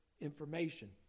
information